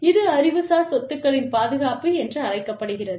இது அறிவுசார் சொத்துக்களின் பாதுகாப்பு என்று அழைக்கப்படுகிறது